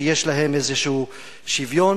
שיש להם איזשהו שוויון.